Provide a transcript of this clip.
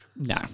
No